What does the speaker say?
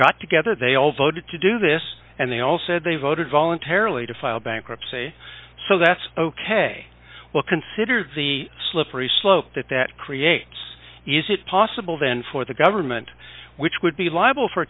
got together they all voted to do this and they all said they voted voluntarily to file bankruptcy so that's ok well consider the slippery slope that that creates is it possible then for the government which would be liable for